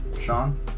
sean